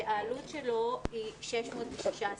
שהעלות שלו 616 שקלים.